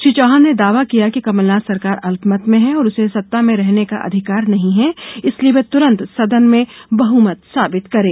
श्री चौहान ने दावा किया कि कमलनाथ सरकार अल्पमत में हैं और उसे सत्ता में रहने का अधिकार नहीं है इसलिए वह तुरंत सदन में बहुमत साबित करे